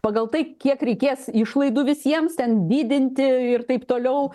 pagal tai kiek reikės išlaidų visiems ten didinti ir taip toliau